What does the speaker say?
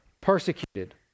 persecuted